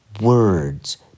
words